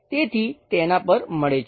તેથી તેના પર મળે છે